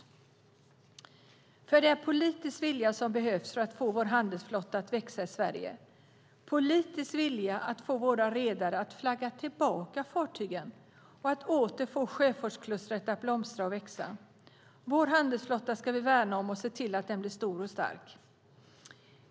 Det är nämligen politisk vilja som behövs för att få vår handelsflotta att växa i Sverige. Det är politisk vilja som behövs för att få våra redare att flagga tillbaka fartygen och åter få sjöfartsklustret att blomstra och växa. Vår handelsflotta ska vi värna om och se till att den blir stor och stark.